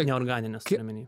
ne organinės turiu omeny